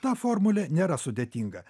ta formulė nėra sudėtinga